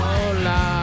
Hola